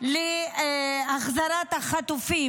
להחזרת החטופים,